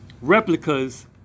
replicas